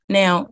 now